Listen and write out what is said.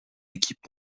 équipes